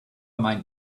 mind